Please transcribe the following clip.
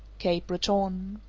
cape breton.